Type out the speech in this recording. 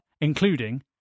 including